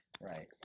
Right